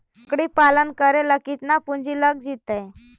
बकरी पालन करे ल केतना पुंजी लग जितै?